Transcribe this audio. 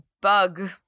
bug